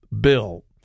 bill